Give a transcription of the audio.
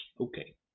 Okay